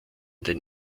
den